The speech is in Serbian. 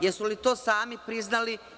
Jesu li to sami priznali?